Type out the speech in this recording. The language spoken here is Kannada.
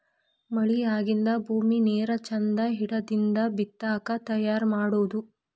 ಮಳಿ ಆಗಿಂದ ಭೂಮಿ ನೇರ ಚಂದ ಹಿಡದಿಂದ ಬಿತ್ತಾಕ ತಯಾರ ಮಾಡುದು